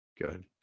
good